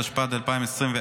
התשפ"ד 2024,